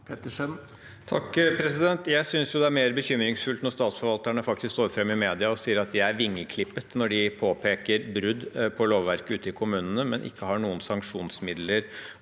Pettersen (H) Jeg synes det er mer bekymringsfullt når statsforvalterne faktisk står fram i media og sier at de er vingeklippet når de påpeker brudd på lovverket ute i kommunene, men ikke har noen sanksjonsmidler